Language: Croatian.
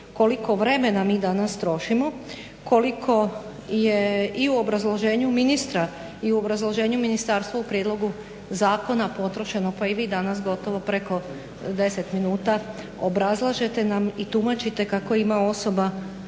koliko vremena mi danas trošimo, koliko je i u obrazloženju ministra i u obrazloženju ministarstva o prijedlogu zakona potrošeno pa i vi danas gotovo preko 10 minuta obrazlažete nam i tumačite kako ima osoba